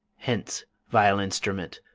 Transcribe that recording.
hence, vile instrument!